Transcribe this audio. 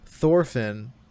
Thorfinn